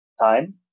time